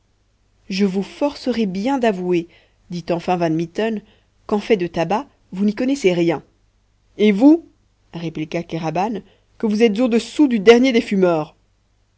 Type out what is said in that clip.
je vous forcerai bien d'avouer dit enfin van mitten qu'en fait de tabac vous n'y connaissez rien et vous répliqua kéraban que vous êtes au-dessous du dernier des fumeurs